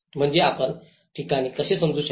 म्हणजे आपण ठिकाणे कशी समजू शकता